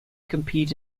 compete